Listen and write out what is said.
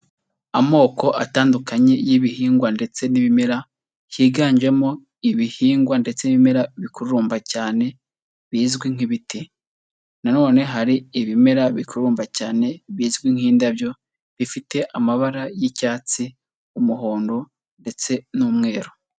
Amoko atandukanye y'ibihingwa ndetse n'ibimera, higanjemo ibihingwa ndetse n'ibimera bikurumba cyane bizwi nk'ibiti. Na none hari ibimera bikurumba cyane bizwi nk'indabyo bifite amabara y'icyatsi, umuhondo ndetse n'umweru.